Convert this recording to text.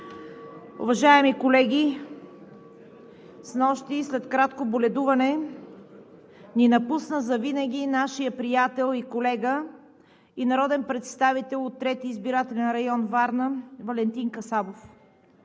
Уважаеми колеги, снощи след кратко боледуване ни напусна завинаги нашият приятел и колега и народен представител от трети избирателен район Варна – Валентин Касабов.